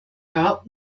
gar